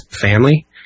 family